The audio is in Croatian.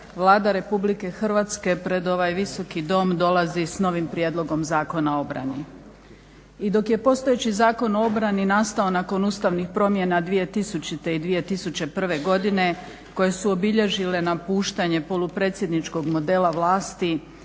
Vlada Republike Hrvatske pred ovaj Visoki dom dolazi s novim Prijedlogom zakona o obrani. I dok je postojeći Zakon o obrani nastao nakon ustavnih promjena 2000. i 2001. godine koje su obilježile napuštanje polupredsjedničkog modela vlasti,